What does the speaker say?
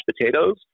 potatoes